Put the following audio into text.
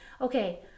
okay